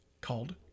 called